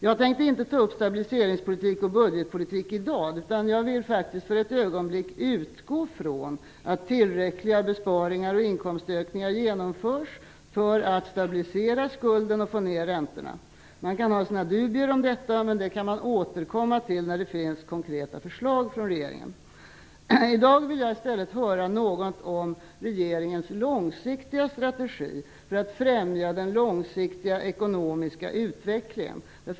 Jag tänker inte ta upp stabiliseringspolitiken och budgetpolitiken i dag, utan jag vill faktiskt för ett ögonblick utgå från att tillräckliga besparingar och inkomstökningar genomförs för att stabilisera skulden och få ned räntorna. Man kan ha sina dubier om detta. Men det kan man återkomma till när det finns konkreta förslag från regeringen. I dag vill jag i stället höra något om regeringens långsiktiga strategi för att främja den långsiktiga ekonomiska utvecklingen.